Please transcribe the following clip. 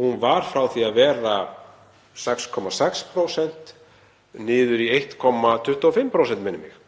Hún var frá því að vera 6,6% niður í 1,25%, minnir mig,